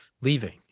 leaving